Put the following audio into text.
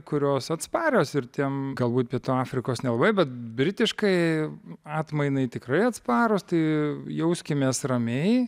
kurios atsparios ir tiem galbūt pietų afrikos nelabai bet britiškai atmainai tikrai atsparūs tai jauskimės ramiai